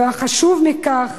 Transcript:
וחשוב מכך,